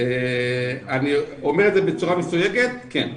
אני אומר בצורה מסויגת, כן.